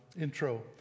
intro